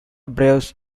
braves